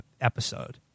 episode